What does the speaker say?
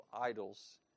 idols